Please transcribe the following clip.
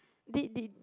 did did